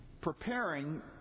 preparing